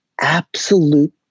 absolute